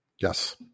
Yes